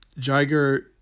Jiger